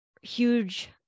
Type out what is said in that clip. huge